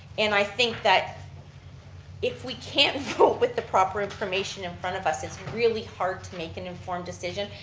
and i think that if we can't vote with the proper information in front of us, it's really hard to make an informed decisions,